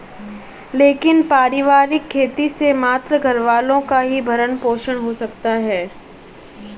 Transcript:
लेकिन पारिवारिक खेती से मात्र घरवालों का ही भरण पोषण हो सकता है